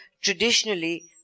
traditionally